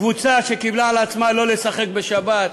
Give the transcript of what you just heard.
קבוצה שקיבלה על עצמה שלא לשחק בשבת,